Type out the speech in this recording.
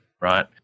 right